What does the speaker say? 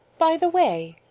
by the way,